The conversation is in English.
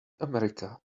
america